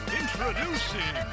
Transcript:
introducing